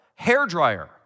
hairdryer